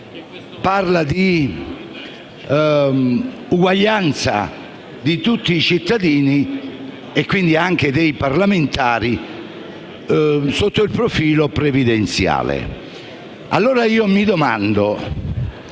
parla di uguaglianza di tutti i cittadini, e quindi anche dei parlamentari, sotto il profilo previdenziale. Allora chiedo ai